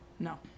No